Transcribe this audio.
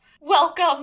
Welcome